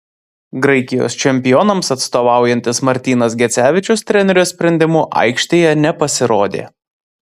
graikijos čempionams atstovaujantis martynas gecevičius trenerio sprendimu aikštėje nepasirodė